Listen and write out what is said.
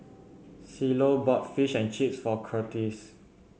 Cielo bought Fish and Chips for Kurtis